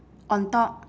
on top